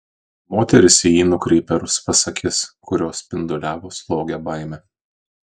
moteris į jį nukreipė rusvas akis kurios spinduliavo slogią baimę